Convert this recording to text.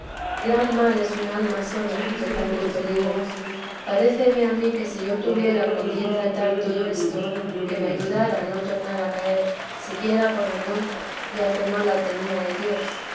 gran mal es un alma sola entre tantos peligros paréceme a mí que si yo tuviera con quien tratar todo esto que me ayudara a no tornar a caer siquiera por vergüenza ya que no la tenía de dios